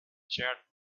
charred